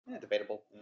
Debatable